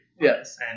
Yes